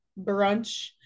brunch